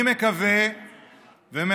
אני אומר את דעתי, תהיה פה ותגיד את דעתך.